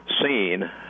seen